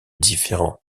différent